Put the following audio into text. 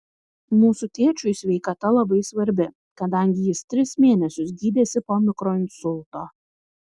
mūsų tėčiui sveikata labai svarbi kadangi jis tris mėnesius gydėsi po mikroinsulto